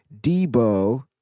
Debo